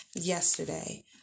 yesterday